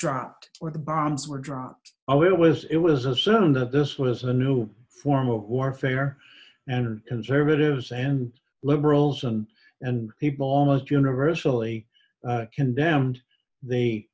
dropped or the bombs were dropped all it was it was assumed that this was a new form of warfare and conservatives and liberals and and people almost universally condemned the